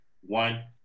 one